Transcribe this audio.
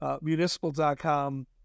municipal.com